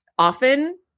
often